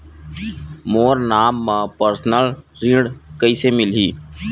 मोर नाम म परसनल ऋण कइसे मिलही?